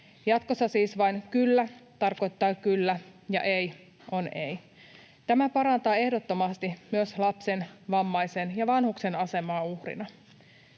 Jatkossa siis vain kyllä tarkoittaa kyllä ja ei on ei. Tämä parantaa ehdottomasti myös lapsen, vammaisen ja vanhuksen asemaa uhrina.